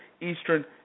Eastern